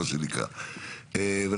צריך שיהיה לו גם איפה לנגן --- זו הצעת החוק.